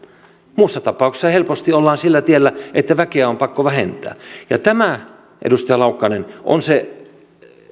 muussa tapauksessa helposti ollaan sillä tiellä että väkeä on pakko vähentää ja tämä edustaja laukkanen on se